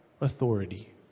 authority